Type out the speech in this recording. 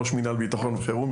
ראש מינהל ביטחון וחירום,